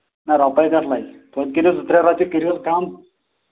نہ رۄپَے کَتھ لگہِ تویتہِ کٔرۍہُس زٕ ترٛےٚ رۄپیہِ کٔرۍہُس کَم